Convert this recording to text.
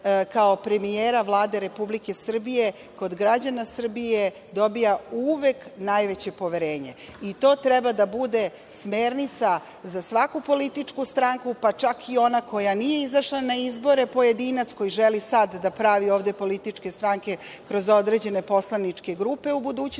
kao premijera Vlade Republike Srbije kod građana Srbije dobija uvek najveće poverenje. To treba da bude smernica za svaku političku stranku, pa čak i ona koja nije izašla na izbore. Pojedinac koji želi sada da pravi ovde političke stranke kroz određene poslaničke grupe u budućnosti,